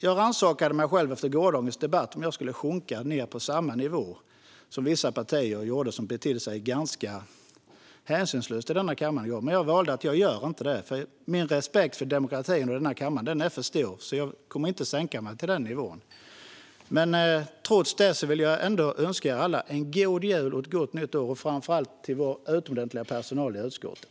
Jag rannsakade mig själv efter gårdagens debatt och frågade mig om jag skulle kunna sjunka ned till samma nivå som vissa partier gjorde i går när de betedde sig ganska hänsynslöst här i kammaren. Men jag kom fram till att jag inte kan göra det, för min respekt för demokratin och denna kammare är för stor. Jag kommer inte att sänka mig till den nivån. Jag vill önska er en god jul och ett gott nytt år - framför allt till vår utomordentliga personal i utskottet.